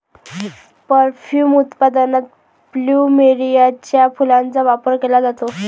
perfume उत्पादनात प्लुमेरियाच्या फुलांचा वापर केला जातो